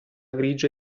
grigio